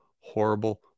horrible